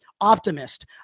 optimist